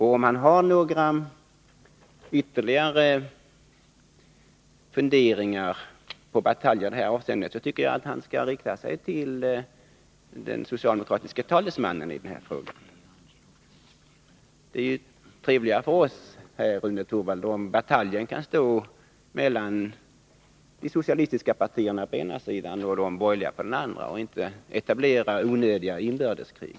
Har Rune Torwald några ytterligare bataljfunderingar, tycker jag att han skall rikta sig till den socialdemokratiska talesmannen i denna fråga. Det är trevligast för oss, Rune Torwald, om bataljen kan stå mellan de socialistiska partierna å ena sidan och de borgerliga å den andra, så att det inte etableras onödiga inbördeskrig.